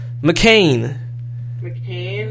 McCain